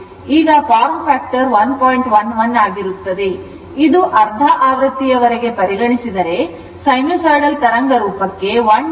ಆದ್ದರಿಂದ ಇದು ಅರ್ಧ ಆವೃತ್ತಿಯವರೆಗೆ ಪರಿಗಣಿಸಿದರೆ ಸೈನುಸೈಡಲ್ ತರಂಗರೂಪಕ್ಕೆ 12